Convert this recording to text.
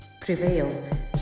Prevail